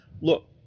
look